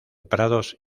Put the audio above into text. prados